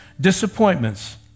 disappointments